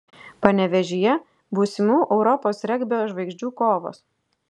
panevėžyje būsimų europos regbio žvaigždžių kovos